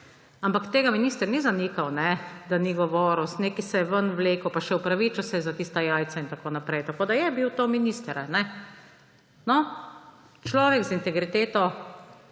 Ampak tega minister ni zanikal, ni rekel, da ni govoril. Nekaj se je ven vlekel pa še opravičil se je za tista jajca in tako naprej. Tako da je bil to minister. No, človek z integriteto